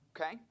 Okay